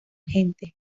gente